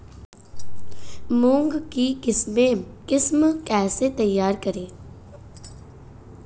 मूंग की किस्म कैसे तैयार करें?